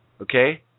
Okay